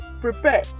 prepare